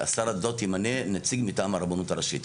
שר הדתות ימנה נציג מטעם הרבנות הראשית.